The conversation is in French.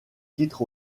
titre